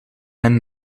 een